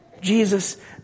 Jesus